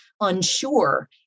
unsure